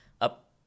up